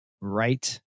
right